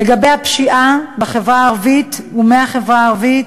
לגבי הפשיעה בחברה הערבית ומהחברה הערבית,